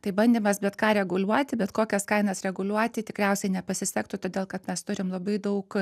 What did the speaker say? tai bandymas bet ką reguliuoti bet kokias kainas reguliuoti tikriausiai nepasisektų todėl kad mes turim labai daug